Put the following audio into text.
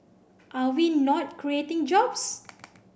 are we not creating jobs